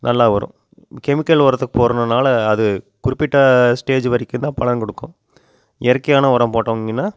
நல்லா வரும் கெமிக்கல் உரத்தை போடுறனால அது குறிப்பிட்ட ஸ்டேஜு வரைக்கும்தான் பலன் கொடுக்கும் இயற்கையான உரம் போட்டிங்கின்னா